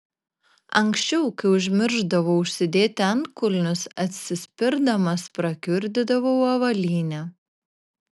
anksčiau kai užmiršdavau užsidėti antkulnius atsispirdamas prakiurdydavau avalynę